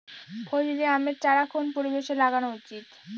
ফজলি আমের চারা কোন পরিবেশে লাগানো উচিৎ?